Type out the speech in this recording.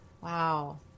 Wow